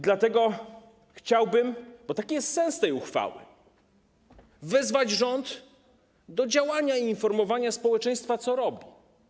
Dlatego chciałbym, bo taki jest sens tej uchwały, wezwać rząd do działania i informowania społeczeństwa, co robi.